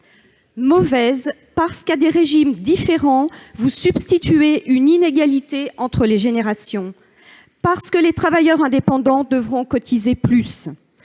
Mauvaise, parce que, à des régimes différents, vous substituez une inégalité entre les générations. Mauvaise, parce que les travailleurs indépendants devront cotiser plus.